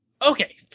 Okay